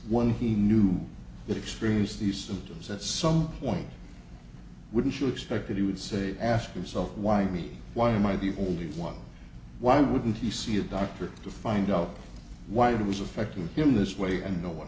one he knew that experienced these symptoms at some point wouldn't you expect that he would say ask yourself why me why am i the only one why wouldn't he see a doctor to find out why it was affecting him this way and no one